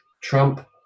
Trump